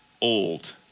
old